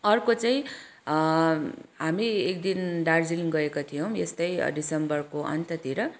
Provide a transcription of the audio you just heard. अर्को चाहिँ हामी एकदिन दार्जिलिङ गएका थियौँ यस्तै डिसम्बरको अन्ततिर